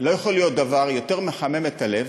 שלא יכול להיות דבר יותר מחמם את הלב